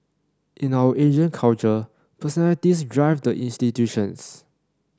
in our Asian culture personalities drive the institutions